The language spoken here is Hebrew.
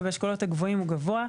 ובאשכולות הגבוהים הוא גבוה.